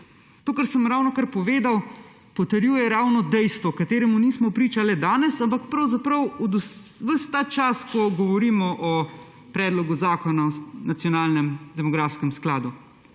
To, kar sem ravnokar povedal potrjuje ravno dejstvo, kateremu nismo priča le danes, ampak pravzaprav ves ta čas, ko govorimo o predlogu zakona o nacionalnem demografskem skladu.